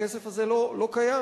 הכסף הזה לא קיים.